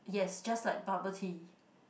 yes just like bubble tea